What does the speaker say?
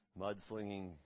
mudslinging